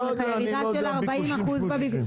הראינו לך ירידה של 40 אחוזים בביקושים.